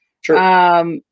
Sure